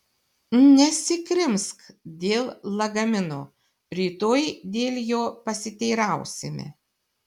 nesikrimsk dėl lagamino rytoj dėl jo pasiteirausime